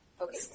Okay